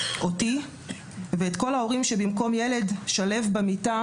אותי ואת כל ההורים שבמקום ילד שלו במיטה,